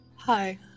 Hi